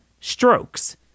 strokes